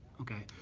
okay,